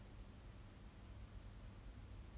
got more like 家的感觉 that's why she would